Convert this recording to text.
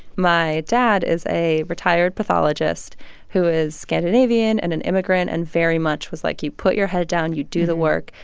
my dad is a retired pathologist who is scandinavian and an immigrant and very much was like, you put your head down. you do the work.